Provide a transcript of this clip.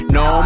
no